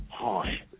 Hi